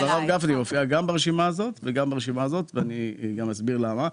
גם ברשימה הזאת וגם ברשימה השנייה,